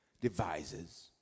devises